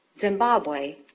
Zimbabwe